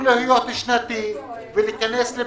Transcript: צריכים להתבצע,